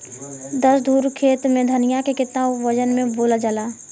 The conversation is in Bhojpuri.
दस धुर खेत में धनिया के केतना वजन मे बोवल जाला?